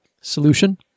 solution